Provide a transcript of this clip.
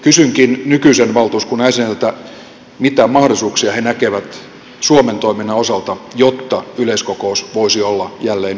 kysynkin nykyisen valtuuskunnan jäseniltä mitä mahdollisuuksia he näkevät suomen toiminnan osalta jotta yleiskokous voisi olla jälleen yhdessä koossa